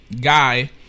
guy